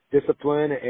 discipline